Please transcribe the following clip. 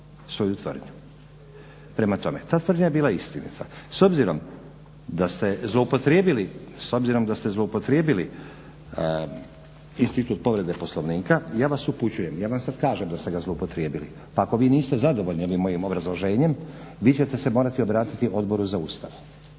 svoju tvrdnju. Prema tome ta tvrdnja je bila istinita. S obzirom da ste zloupotrijebili institut povrede Poslovnika ja vas upućujem, ja vam sad kažem da ste ga zloupotrijebili pa ako vi niste zadovoljni ovim mojim obrazloženjem vi ćete se morati obratiti Odboru za Ustav.